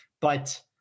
But-